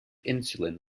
insulin